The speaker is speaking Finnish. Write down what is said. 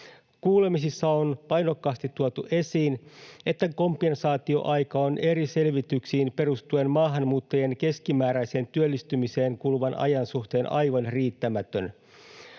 Kuulemisissa on painokkaasti tuotu esiin, että kompensaatioaika on eri selvityksiin perustuen maahanmuuttajien keskimääräiseen työllistymiseen kuluvan ajan suhteen aivan riittämätön.